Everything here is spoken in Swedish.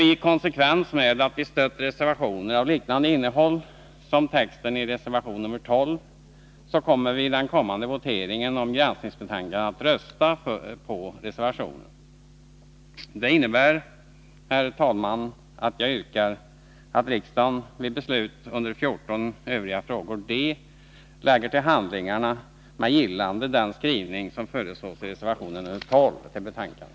I konsekvens med att vi stött reservationer med likartat innehåll som reservation nummer 12 kommer vi i den kommande voteringen om granskningsbetänkandet att rösta på reservationen. Det innebär, herr talman, att jag yrkar att riksdagen vid beslut under punkten 14, Övriga frågor d), lägger till handlingarna med gillande av den skrivning som föreslås i reservationen 12 till utskottsbetänkandet.